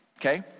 okay